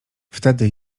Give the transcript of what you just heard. wtedy